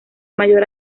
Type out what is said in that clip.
mayor